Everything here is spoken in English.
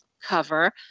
cover